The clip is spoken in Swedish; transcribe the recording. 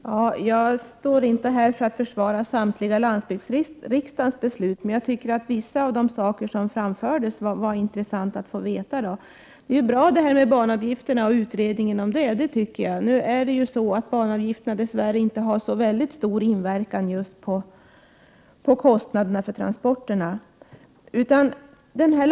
Herr talman! Jag står inte här för att försvara samtliga beslut av landsbygdsriksdagen, men jag tycker att det var intressant att få veta vissa av de saker som framfördes. Jag tycker det är bra med utredningen av banavgifterna. Nu har banavgifterna dess värre inte så stor inverkan på transportkostnaderna.